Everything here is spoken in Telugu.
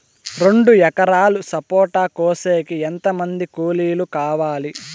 రెండు ఎకరాలు సపోట కోసేకి ఎంత మంది కూలీలు కావాలి?